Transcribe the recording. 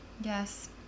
yes